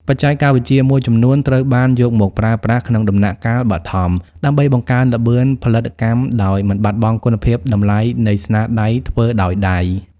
បច្ចេកវិទ្យាមួយចំនួនត្រូវបានយកមកប្រើប្រាស់ក្នុងដំណាក់កាលបឋម ដើម្បីបង្កើនល្បឿនផលិតកម្មដោយមិនបាត់បង់គុណតម្លៃនៃស្នាដៃធ្វើដោយដៃ។